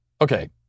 okay